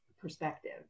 perspective